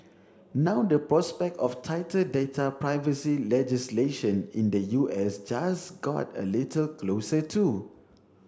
now the prospect of tighter data privacy legislation in the U S just got a little closer too